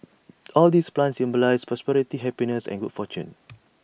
all these plants symbolise prosperity happiness and good fortune